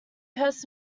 cursed